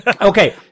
Okay